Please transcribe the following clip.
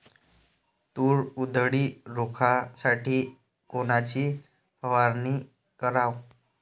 तूर उधळी रोखासाठी कोनची फवारनी कराव?